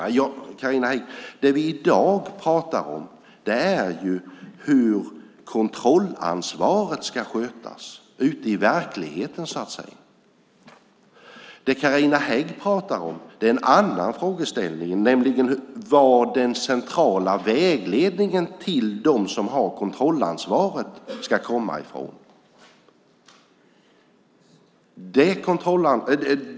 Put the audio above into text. Carina Hägg, det vi i dag pratar om är hur kontrollansvaret ska skötas ute i verkligheten. Det Carina Hägg pratar om är en annan frågeställning, nämligen varifrån den centrala vägledningen till dem som har kontrollansvaret ska komma.